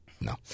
No